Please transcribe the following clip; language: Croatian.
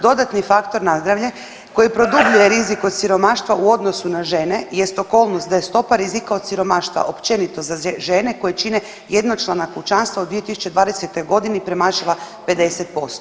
Dodatni faktor koji produbljuje rizik od siromaštva u odnosu na žene jest okolnost da je stopa rizika od siromaštva općenito za žene koje čine jednočlana kućanstva u 2020.g. premašila 50%